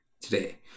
today